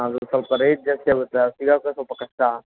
ಅದು ಸ್ವಲ್ಪ ರೇಟ್ ಜಾಸ್ತಿ ಆಗುತ್ತೆ ಅದು ಸಿಗಕ್ಕೆ ಸ್ವಲ್ಪ ಕಷ್ಟ